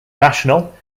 national